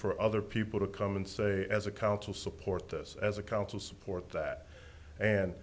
for other people to come and say as a council support this as a council support that and